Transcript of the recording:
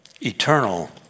Eternal